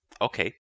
Okay